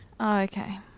okay